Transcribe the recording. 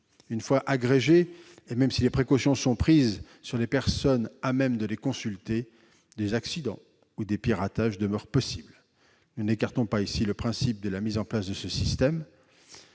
données agrégées, même si des précautions sont prises à l'égard des personnes pouvant les consulter, des accidents ou des piratages demeurent possibles. Nous n'écartons pas le principe de la mise en place de ce système,